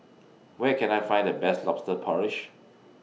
Where Can I Find The Best Lobster Porridge